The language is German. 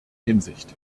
hinsicht